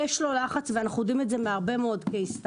יש לו לחץ ואנחנו יודעים את זה מהרבה מאוד חקירה.